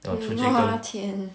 then 我出去跟